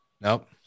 nope